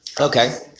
Okay